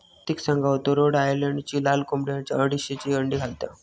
प्रतिक सांगा होतो रोड आयलंडची लाल कोंबडी अडीचशे अंडी घालता